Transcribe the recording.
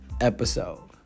episode